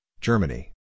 Germany